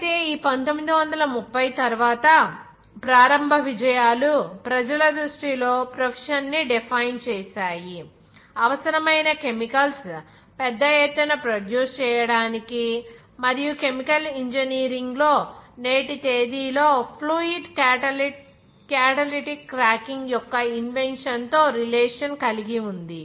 అయితే ఈ 1930 తరువాత ప్రారంభ విజయాలు ప్రజల దృష్టిలో ప్రొఫెషన్ ని డిఫైన్ చేసాయి అవసరమైన కెమికల్స్ పెద్ద ఎత్తున ప్రొడ్యూస్ చేయటానికి మరియు కెమికల్ ఇంజనీరింగ్లో నేటి తేదీలో ఫ్లూయిడ్ క్యాటలిటిక్ క్రాకింగ్ యొక్క ఇన్వెన్షన్ తో రిలేషన్ కలిగి ఉంది